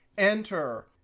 enter,